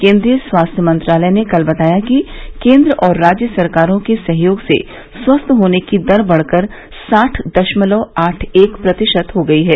केन्द्रीय स्वास्थ्य मंत्रालय ने कल बताया कि केंद्र और राज्य सरकारों के सहयोग से स्वस्थ होने की दर बढ़ कर साठ दशमलव आठ एक प्रतिशत हो गई है